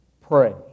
Pray